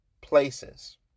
places